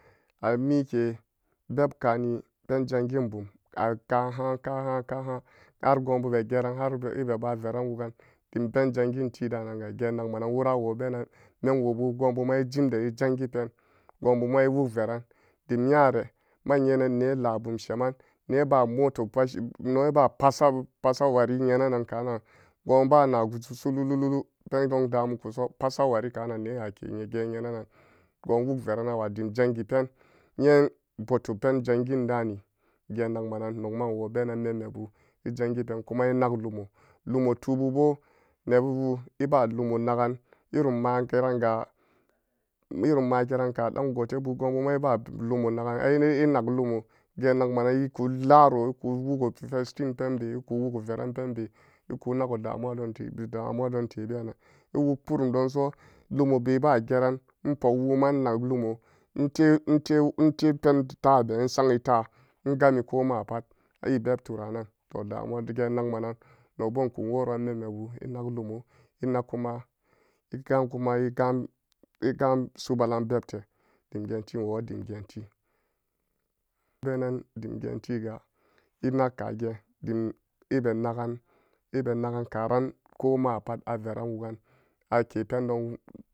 A mike bebkani penjanginbum a-ka'an halan, kaha'an, kaha'an hargo'onbube geran har be-ebeba veran wugan dimpen janginti dana-nan-gan geen-nagma nan wora awobenan memwobu go'onbuma ejimde ejangi pen goonbu ma ewuk veran dim nyare ma nyenan neelabum sheman neeba moto pashi neeba pasabu pasawari nyenanan kaannan goonbana gusu'sululu pendon damikuso pasawari kanan nee'ake geen nyena-nan goon wuk veranawa dim jangi pen nyen ebouti penjangin daani geen nagmanan nogma ewobe nan memme bu ejangipen kuma enaglumo lumotububo nebu eba lumo nagan erim maa geran ga erim maa geranka dangotebu goonbunna eba lumo nagan ainihi enak lumo geen nagmanan ekularo eku wugo festin penbe eku wugo veran denbe ekunago damuwa tebe damuwa tebean-nan ewuk purum denso lumobe ba geran epok wuma enak lumo inte-inte, inte pentabe insangita ingami ko mapta ebeb turanan to damuwa ge nagma nan nogbo inkun wooro ran membu enag lumo enak kun egaan kuma egaan-egaan subalang debte dimgeenti inwo dimgeenti benan dimgeenti enak kagen dim ebe nagan ebenagan karan komapat averan wugan ake pendon woo.